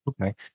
Okay